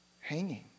hanging